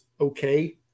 okay